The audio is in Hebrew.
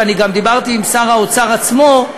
ואני גם דיברתי עם שר האוצר עצמו,